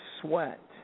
sweat